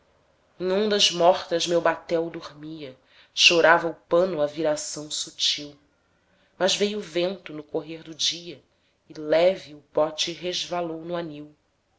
em ondas mortas meu batel dormia chorava o pano a viração sutil mas veio o vento no correr do dia e leve o bote resvalou no anil